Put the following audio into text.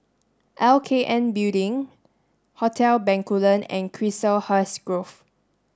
L K N Building Hotel Bencoolen and Chiselhurst Grove